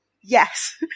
Yes